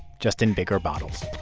just in bigger bottles